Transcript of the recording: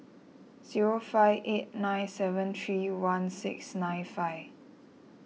zero five eight nine seven three one six nine five